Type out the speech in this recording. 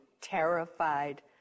terrified